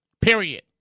period